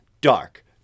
dark